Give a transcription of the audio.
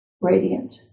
Radiant